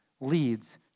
leads